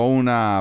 una